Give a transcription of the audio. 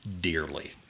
dearly